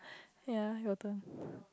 ya your turn